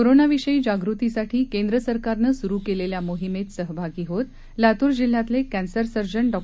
कोरोनाविषयी जागृतीसाठी केंद्र सरकारनं सुरू केलेल्या मोहिमेत सहभागी होत लातूर जिल्ह्यातले कॅन्सर सर्जन डॉ